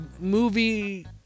movie